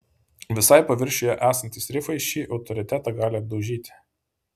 visai paviršiuje esantys rifai šį autoritetą gali apdaužyti